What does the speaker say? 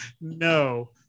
No